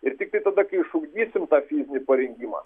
ir tiktai tada kai išugdysim tą fizinį parengimą